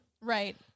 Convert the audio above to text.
Right